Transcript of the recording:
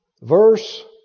Verse